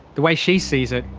the way she sees it,